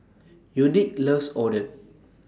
Unique loves Oden